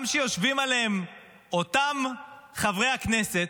גם כשיושבים עליהם אותם חברי הכנסת,